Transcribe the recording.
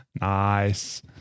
nice